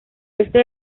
este